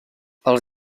els